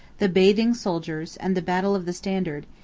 the bathing soldiers, and the battle of the standard,